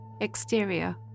Exterior